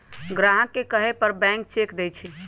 ग्राहक के कहे पर बैंक चेक देई छई